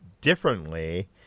differently